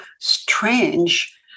strange